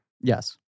Yes